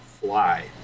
fly